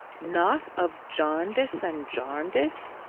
not of jarndyce and jarndyce?